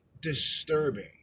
disturbing